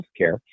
healthcare